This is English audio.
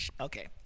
Okay